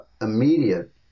immediate